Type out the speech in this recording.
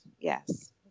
Yes